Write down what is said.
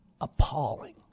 appalling